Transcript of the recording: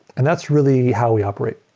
and that's really how we operate.